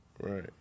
Right